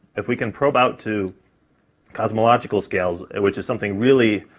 if we can probe out to cosmological scales, which is something really